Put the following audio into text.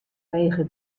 lege